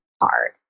hard